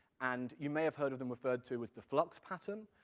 and you may have heard of them referred to as the flux pattern,